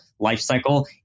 lifecycle